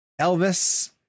Elvis